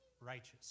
righteous